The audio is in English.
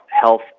health